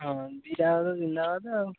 ହଁ ଦୁଇଟା ଯାକ ତ ଜିନ୍ଦାବାଦ୍ ଆଉ